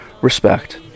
respect